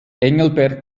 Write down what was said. engelbert